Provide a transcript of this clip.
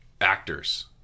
Actors